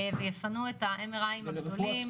ויפנו את ה-MRI הגדולים.